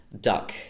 duck